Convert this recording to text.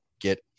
get